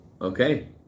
Okay